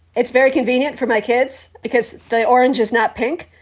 it's very convenient for my kids because the orange is not pink,